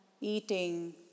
eating